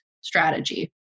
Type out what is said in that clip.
strategy